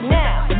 now